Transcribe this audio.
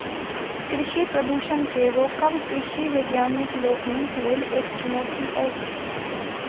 कृषि प्रदूषण के रोकब कृषि वैज्ञानिक लोकनिक लेल एक चुनौती अछि